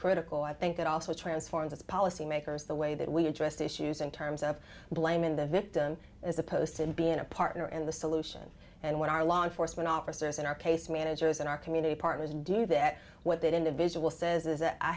critical i think it also transformed us policymakers the way that we addressed issues in terms of blaming the victim as opposed to being a partner in the solution and when our law enforcement officers in our case managers in our community partners do that what that individual says is that i